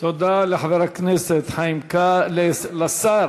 תודה לשר